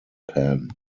pan